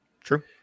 True